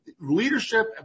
leadership